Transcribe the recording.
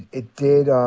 it did. um